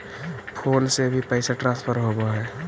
Phone से भी पैसा ट्रांसफर होवहै?